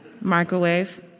Microwave